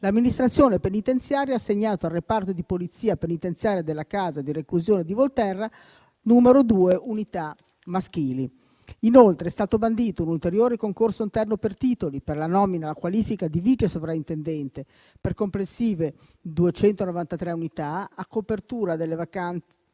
l'amministrazione penitenziaria ha assegnato al reparto di Polizia penitenziaria della casa di reclusione di Volterra due unità maschili. Inoltre, è stato bandito un ulteriore concorso interno per titoli per la nomina alla qualifica di vice sovrintendente, per complessive 293 unità, a copertura delle vacanze